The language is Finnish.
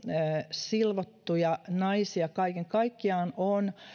silvottuja naisia kaiken kaikkiaan on